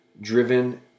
driven